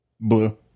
Blue